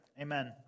Amen